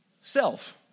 Self